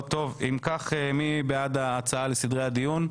מי בעד ההצעה של סדרי הדיון,